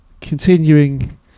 continuing